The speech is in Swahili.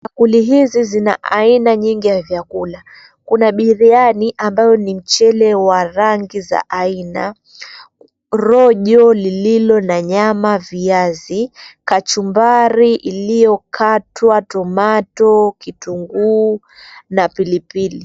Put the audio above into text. Bakuli hizi zina aina nyingi ya vyakula, kuna biriani ambayo ni mchele wa rangi za aina, rojo lilo na nyama viazi, kachumbari iliyokatwa tomato, kitunguu na pilipili.